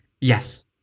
yes